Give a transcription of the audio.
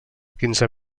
quinze